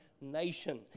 nation